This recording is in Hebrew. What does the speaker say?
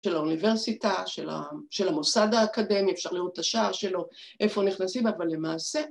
של האוניברסיטה, של המוסד האקדמי, אפשר לראות את השער שלו, איפה נכנסים, אבל למעשה